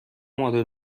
مدل